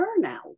burnout